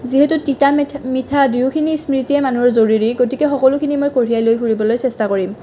যিহেতু তিতা মিঠা দুয়োখিনি স্মৃতিয়েই মানুহৰ জৰুৰী গতিকে সকলোখিনি মই কঢ়িয়াই লৈ ফুৰিবলৈ চেষ্টা কৰিম